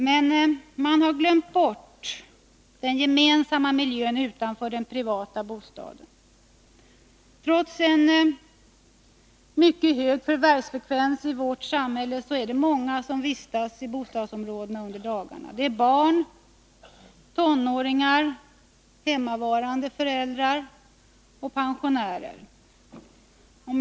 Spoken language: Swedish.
Men man har glömt bort den gemensamma miljön utanför den privata bostaden. Trots en mycket hög förvärvsfrekvens i vårt samhälle finns det många människor som vistas i bostadsområdena under dagarna. Det är barn, tonåringar, hemmavarande föräldrar och pensionärer.